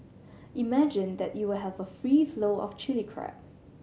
imagine that you will have a free flow of Chilli Crab